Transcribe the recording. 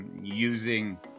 Using